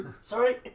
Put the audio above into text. Sorry